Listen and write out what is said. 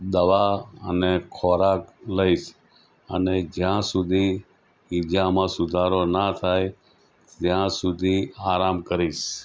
દવા અને ખોરાક લઈશ અને જ્યાં સુધી ઇજામાં સુધારો ના થાય ત્યાં સુધી આરામ કરીશ